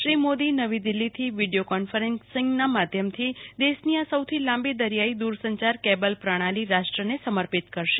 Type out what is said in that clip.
શ્રી મોદી નવી દિલ્હીથી વીડીયો કોન્ફરન્સીંગના માધ્યમથી દેશની આ સૌથી લાંબી દરીયાઇ દુરસંચાર કેબલ પ્રણાલી રાષ્ટ્રને સમર્પિત કરશે